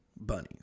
bunnies